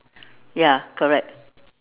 ya correct